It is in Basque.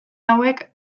hauek